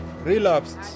Relapsed